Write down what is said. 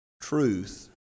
truth